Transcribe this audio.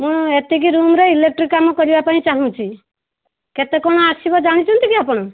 ମୁଁ ଏତିକି ରୁମ୍ ରେ ଇଲେକ୍ଟ୍ରି କାମ କରିବାପାଇଁ ଚାହୁଁଛି କେତେ କଣ ଆସିବ ଜାଣିଛନ୍ତି କି ଆପଣ